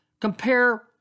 compare